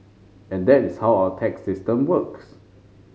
and that is how our tax system works